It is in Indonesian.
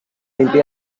mimpi